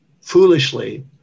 foolishly